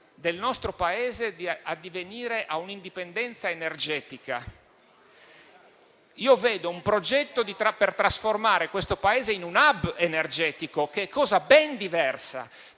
del nostro Paese di addivenire a una indipendenza energetica. Io vedo un progetto per trasformare questo Paese in un *hub* energetico che è una cosa ben diversa,